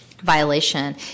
violation